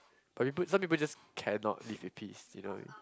but you put some people just cannot live in peace you know